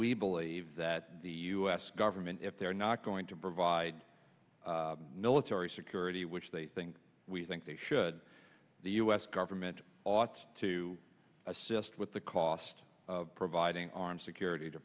we believe that the u s government if they're not going to provide military security which they think we think they should the u s government ought to assist with the cost of providing arms security to